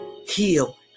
heal